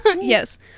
Yes